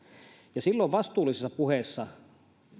ja silloin vastuullisessa puheessa